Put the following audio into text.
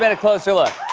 but a closer look.